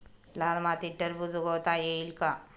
लाल मातीत टरबूज उगवता येईल का?